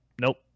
nope